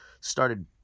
started